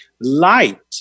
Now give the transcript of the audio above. light